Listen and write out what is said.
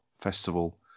festival